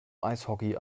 eishockey